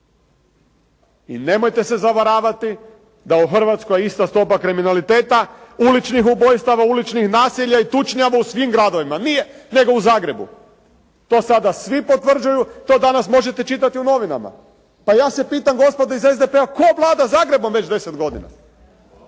I nemojte se zavaravati da je u Hrvatskoj ista stopa kriminaliteta, uličnih ubojstava, uličnih nasilja i tučnjava u svim gradovima. Nije, nego u Zagrebu. To sada svi potvrđuju. To danas možete čitati u novinama. Pa ja se pitam gospodo iz SDP-a tko Vlada Zagrebom već 10 godina?